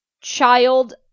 child